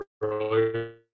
earlier